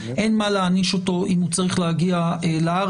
אין סיבה להעניש אותו אם הוא צריך להגיע לארץ.